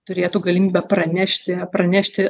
turėtų galimybę pranešti pranešti